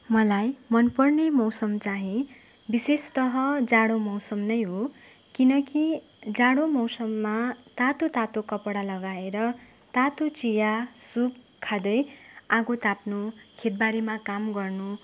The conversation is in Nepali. मलाई मन पर्ने मौसम चाहिँ विशेषतः जाडो मौसम नै हो किनकि जाडो मौसममा तातो तातो कपडा लगाएर तातो चिया सुप खाँदै आगो ताप्नु खेतबारीमा काम गर्नु